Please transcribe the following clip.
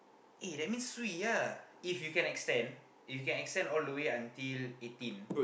eh that means swee ya if you can extend if you can extend all the way until eighteen